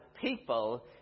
people